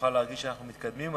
נוכל להרגיש שאנחנו מתקדמים.